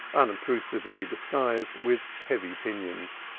unobtrusively disguised with heavy pinions.